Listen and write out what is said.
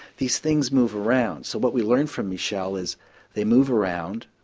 these things move around so what we learned from michelle is they move around,